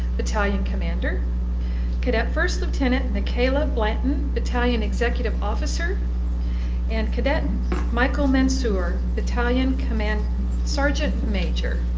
battalion commander cadet first lieutenant mikayla blanton, battalion executive officer and cadet michael mansour, battalion command sergeant major